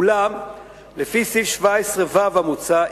אולם לפי סעיף 17(ו) המוצע,